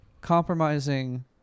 compromising